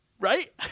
Right